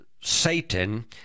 satan